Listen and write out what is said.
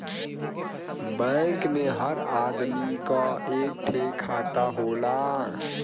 bank मे हर आदमी क एक ठे खाता होला